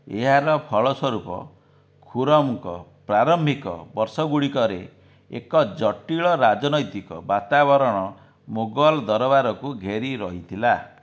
ଏହାର ଫଳସ୍ୱରୂପ ଖୁରମ୍ଙ୍କ ପ୍ରାରମ୍ଭିକ ବର୍ଷଗୁଡ଼ିକରେ ଏକ ଜଟିଳ ରାଜନୈତିକ ବାତାବରଣ ମୋଗଲ ଦରବାରକୁ ଘେରି ରହିଥିଲା